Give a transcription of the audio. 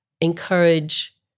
encourage